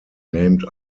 named